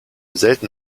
selten